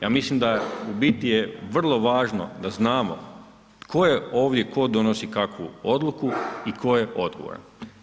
Ja mislim da u biti je vrlo važno da znamo tko je ovdje tko donosi kakvu odluku i tko je odgovoran.